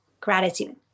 gratitude